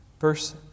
Verse